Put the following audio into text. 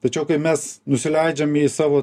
tačiau kai mes nusileidžiam į savo